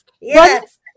Yes